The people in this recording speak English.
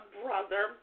brother